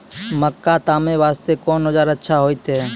मक्का तामे वास्ते कोंन औजार अच्छा होइतै?